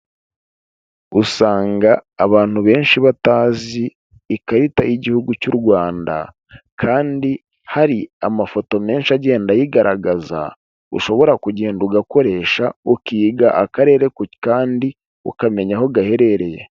Usanga abantu benshi batazi ikarita y'igihugu cy'u Rwanda kandi hari amafoto menshi agenda ayigaragaza ushobora kugenda ugakoresha ukiga akarere ku kandi ukamenya aho gaherereye.